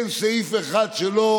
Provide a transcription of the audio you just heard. אין סעיף אחד שלא